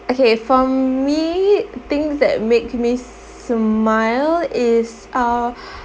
okay for me things that make me smile is uh